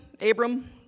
Abram